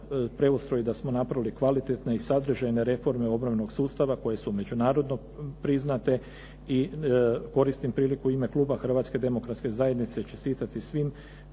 preustroj, da smo napravili kvalitetne i sadržajne reforme obrambenog sustava koje su međunarodno priznate i koristim priliku u ime Kluba Hrvatske Demokratske Zajednice čestitati svim